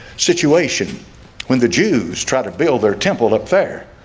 situation when the jews try to build their temple affair,